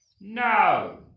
No